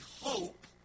hope